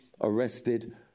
arrested